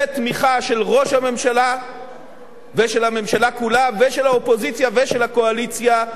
בתמיכה של ראש הממשלה ושל הממשלה כולה ושל האופוזיציה ושל הקואליציה,